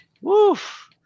Woof